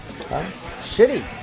Shitty